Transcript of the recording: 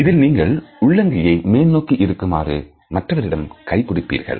இதில் நீங்கள் உள்ளங்கை மேல்நோக்கி இருக்குமாறு மற்றவரிடம் கை கொடுப்பீர்கள்